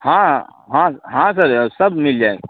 हाँ हाँ हाँ सर सब मिल जाएगा